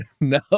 No